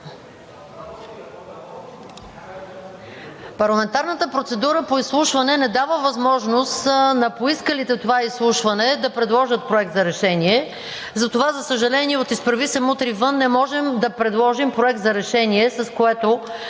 Парламентарната процедура по изслушване не дава възможност на поискалите това изслушване да предложат проект за решение, затова, за съжаление, от „Изправи се! Мутри вън!“ не можем да предложим проект за решение, с което